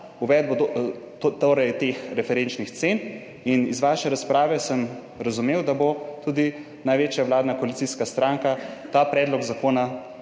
uvedbo teh referenčnih cen. In iz vaše razprave sem razumel, da bo tudi največja vladna koalicijska stranka ta predlog zakona